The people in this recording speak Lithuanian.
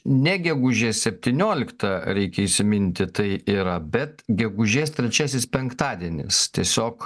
ne gegužės septynioliktą reikia įsiminti tai yra bet gegužės trečiasis penktadienis tiesiog